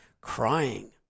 crying